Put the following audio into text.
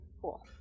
cool